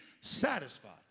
satisfied